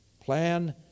Plan